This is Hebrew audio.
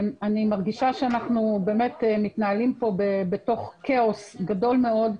אני מרגישה שאנחנו באמת מתנהלים פה בתוך כאוס גדול מאוד.